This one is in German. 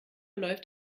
läuft